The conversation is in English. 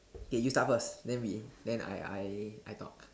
K you start first then we then I I I talk